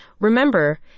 Remember